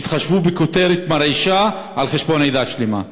שיתחשבו, כותרת מרעישה על חשבון עדה שלמה.